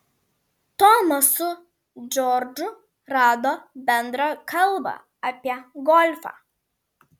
tomas su džordžu rado bendrą kalbą apie golfą